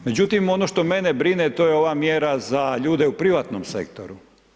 Međutim, ono što mene brine to je ova mjera za ljude u privatnom sektoru.